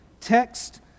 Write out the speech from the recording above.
text